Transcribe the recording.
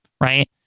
Right